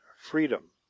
freedom